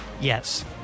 Yes